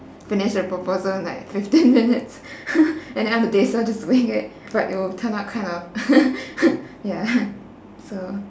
finish the proposal in like fifteen minutes at the end of the day so just wing it but it will turn up kind of ya so